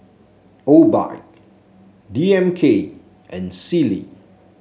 Obike D M K and Sealy